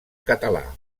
català